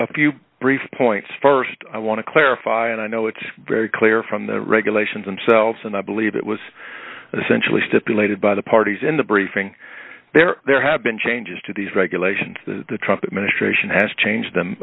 a few brief points st i want to clarify and i know it's very clear from the regulations and cells and i believe it was essentially stipulated by the parties in the briefing there there have been changes to these regulations the trumpet ministration has changed them